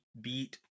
beat